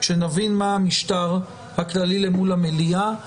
כשנבין מה המשטרה כללי אל מול המליאה.